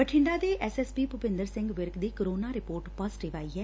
ਬਠਿੰਡਾ ਦੇ S S P Bhupinder Singh Virk ਦੀ corona report positive ਆਈ ਏ